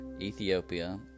Ethiopia